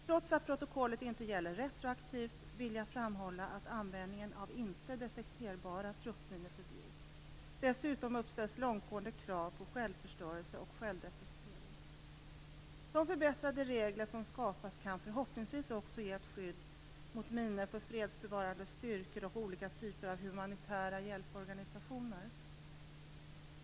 Trots att protokollet inte gäller retroaktivt, vill jag framhålla att användningen av inte detekterbara truppminor förbjuds. Dessutom uppställs långtgående krav på självförstörelse och självdetektering. De förbättrade regler som skapas kan förhoppningsvis också ge ett skydd mot minor för fredsbevarande styrkor och olika typer av humanitära hjälporganisationer.